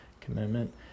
commitment